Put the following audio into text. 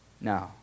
No